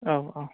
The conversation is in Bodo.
औ औ